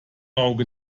auge